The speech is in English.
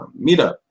meetup